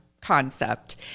concept